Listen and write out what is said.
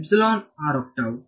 0 ರಿಂದ ಚಲಿಸುತ್ತಿದೆ